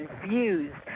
confused